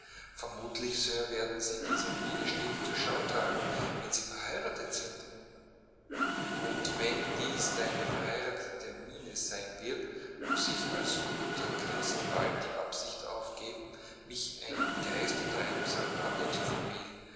vermutlich sir werden sie diese miene stets zur schau tragen wenn sie verheiratet sind und wenn dies deine verheiratete miene sein wird muß ich als guter christ bald die absicht aufgeben mich einem geist oder einem salamander zu